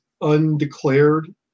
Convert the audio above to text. undeclared